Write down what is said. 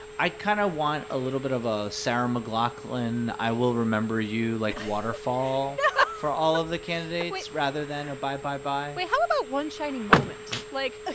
i kind of want a little bit of a sarah mclachlan i will remember you, like, waterfall for all of the candidates rather than a bye bye bye. wait, how about one shining moment? like, ah